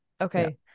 okay